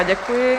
Děkuji.